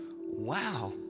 wow